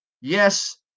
Yes